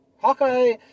Hawkeye